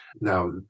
Now